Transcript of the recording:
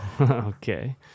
Okay